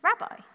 Rabbi